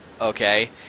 Okay